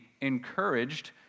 encouraged